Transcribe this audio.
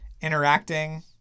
interacting